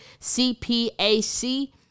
CPAC